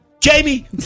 Jamie